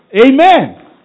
Amen